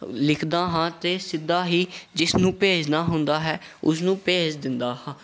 ਲਿਖਦਾ ਹਾਂ ਅਤੇ ਸਿੱਧਾ ਹੀ ਜਿਸ ਨੂੰ ਭੇਜਣਾ ਹੁੰਦਾ ਹੈ ਉਸ ਨੂੰ ਭੇਜ ਦਿੰਦਾ ਹਾਂ